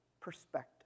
perspective